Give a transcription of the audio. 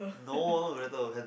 no not whether hand